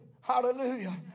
Hallelujah